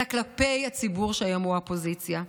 אלא כלפי הציבור שהיום הוא האופוזיציה.